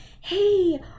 hey